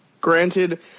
granted